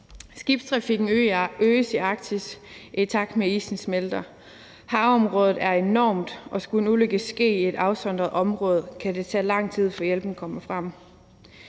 Skibstrafikken øges i Arktis, i takt med at isen smelter. Havområdet er enormt, og skulle en ulykke ske i et afsondret område, kan det tage lang tid for hjælpen at komme frem.